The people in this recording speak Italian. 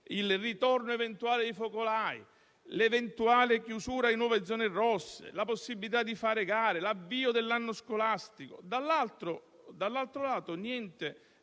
il ritorno eventuale di focolai, l'eventuale chiusura di nuove zone rosse, la possibilità di fare gare, l'avvio dell'anno scolastico, dall'altro lato, niente